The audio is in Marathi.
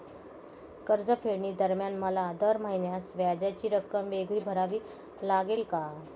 कर्जफेडीदरम्यान मला दर महिन्यास व्याजाची रक्कम वेगळी भरावी लागेल का?